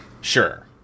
Sure